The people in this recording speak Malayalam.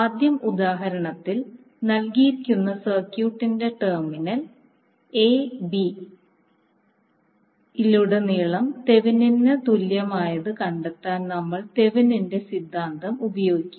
ആദ്യം ഉദാഹരണത്തിൽ നൽകിയിരിക്കുന്ന സർക്യൂട്ടിന്റെ ടെർമിനൽ a b യിലുടനീളം തെവെനിന് തുല്യമായത് കണ്ടെത്താൻ നമ്മൾ തെവെനിന്റെ സിദ്ധാന്തം ഉപയോഗിക്കും